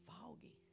foggy